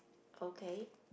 okay